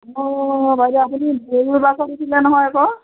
অঁ বাইদেউ আপুনি ভুল বাছত উঠিলে নহয় আকৌ